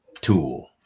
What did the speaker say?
tool